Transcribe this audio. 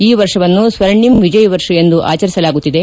ಈ ವರ್ಷವನ್ನು ಸ್ವರ್ಣಿಂ ವಿಜಯವರ್ಷ್ ಎಂದು ಆಚರಿಸಲಾಗುತ್ತಿದೆ